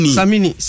Samini